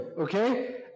Okay